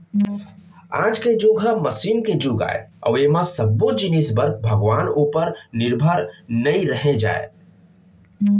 आज के जुग ह मसीन के जुग आय अउ ऐमा सब्बो जिनिस बर भगवान उपर निरभर नइ रहें जाए